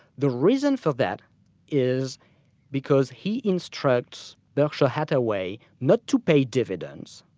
the reason for that is because he instructs berkshire hathaway not to pay dividends,